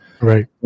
Right